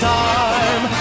time